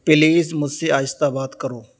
please مجھ سے آہستہ بات کرو